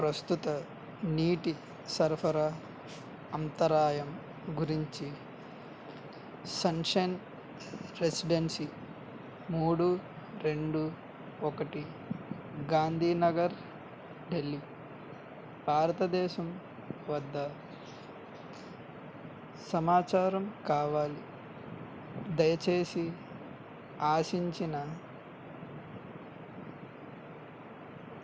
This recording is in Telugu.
ప్రస్తుత నీటి సరఫరా అంతరాయం గురించి సన్షైన్ రెసిడెన్సి మూడు రెండు ఒకటి గాంధీ నగర్ ఢిల్లీ భారతదేశం వద్ద సమాచారం కావాలి దయచేసి ఆశించిన